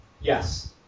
Yes